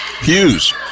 Hughes